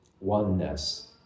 oneness